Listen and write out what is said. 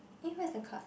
eh where's the card